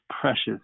precious